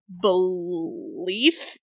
belief